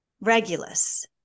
Regulus